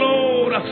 Lord